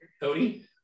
Cody